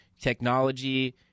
technology